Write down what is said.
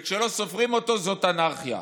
וכשלא סופרים אותו זאת אנרכיה.